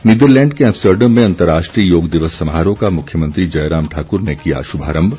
Netherlands के Amsterdam में अंतर्राष्ट्रीय योग दिवस समारोह का मुख्यमंत्री जयराम ठाकुर ने किया शुभारम्भ